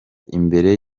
imbere